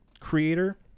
creator